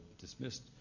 dismissed